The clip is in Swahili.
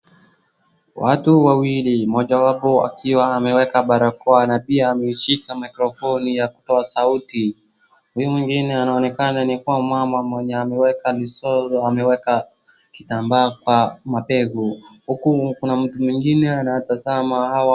Watu wawili mojawapo akiwa ameweka barakoa na pia ameshika maikrofoni ya kutoa sauti. Huyu mwingine anaonekana ni kuwa mmama mwenye ameweka leso ameweka kitambaa kwa mabega huku kuna mtu mwingine anatazama hao watu.